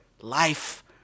life